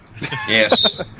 Yes